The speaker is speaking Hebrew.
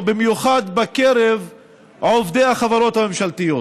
ובמיוחד בקרב עובדי החברות הממשלתיות.